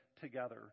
together